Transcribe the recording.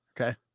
Okay